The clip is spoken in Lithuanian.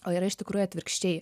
o yra iš tikrųjų atvirkščiai